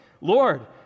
Lord